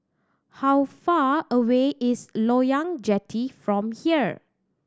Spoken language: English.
how far away is Loyang Jetty from here